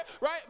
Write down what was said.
Right